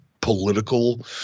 political